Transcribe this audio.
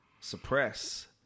suppress